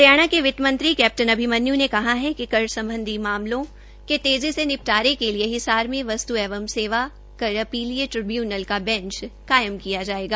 हरियाणा के वित्तमंत्री कैप्टन अभिमन्यू ने कहा कि कर सम्बधी मामलों के निटपारे के लिए हिसार में वस्त् एंव सेवा कर अपीलीय ट्रिब्यूनल का बैंच कायम किया जायेगा